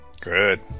Good